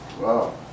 Wow